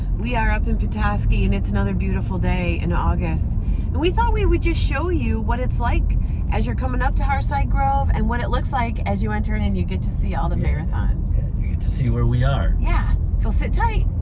we are up in petoskey and it's another beautiful day in august. and we thought we would just show you what it's like as you're coming up to hearthside grove and what it looks like as you enter in and you get to see all the marathons. yeah, you get to see where we are. yeah, so sit tight.